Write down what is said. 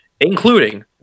including